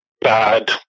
bad